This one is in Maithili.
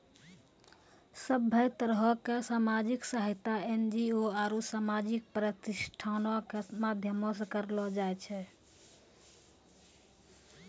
सभ्भे तरहो के समाजिक सहायता एन.जी.ओ आरु समाजिक प्रतिष्ठानो के माध्यमो से करलो जाय छै